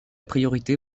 priorité